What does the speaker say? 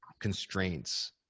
constraints